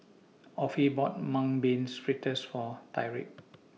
Offie bought Mung Beans Fritters For Tyrik